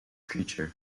creature